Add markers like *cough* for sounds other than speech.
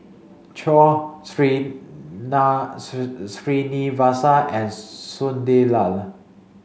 Choor *unintelligible* Srinivasa and Sunderlal